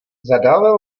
zadávil